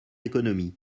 économie